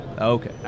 Okay